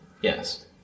Yes